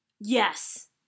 Yes